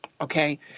okay